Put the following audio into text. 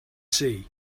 see